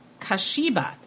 Kashiba